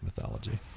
mythology